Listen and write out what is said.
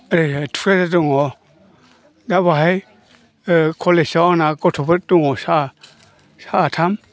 ओरैहाय थुक्राझार दङ दा बेवहाय कलेजाव आंना गथ'फोर दङ सा साथाम